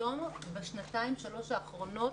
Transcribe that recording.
היום, בשנתיים-שלוש האחרונות